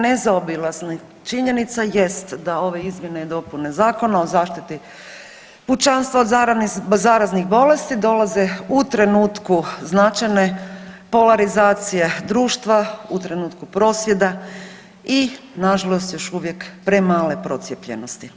Nezaobilazna činjenica jest da ove izmjene i dopune Zakona o zaštiti pučanstva od zaraznih bolesti dolaze u trenutku značajne polarizacije društva, u trenutku prosvjeda i nažalost još uvijek premale procijepljenosti.